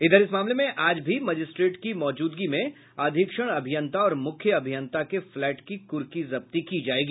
इधर इस मामले में आज भी मजिस्ट्रेट की मौजूदगी में अधीक्षण अभियंता और मुख्य अभियंता के फ्लैट की कुर्की जब्ती की जायेगी